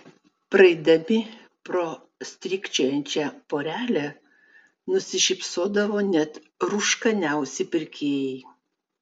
praeidami pro strykčiojančią porelę nusišypsodavo net rūškaniausi pirkėjai